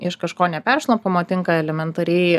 iš kažko neperšlampamo tinka elementariai